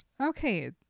okay